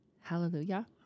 Hallelujah